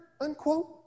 Unquote